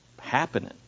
happening